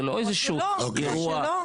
זה לא איזה שהוא אירוע --- או שלו.